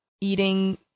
eating